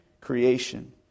creation